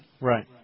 Right